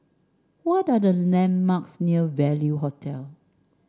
what are the landmarks near Value Hotel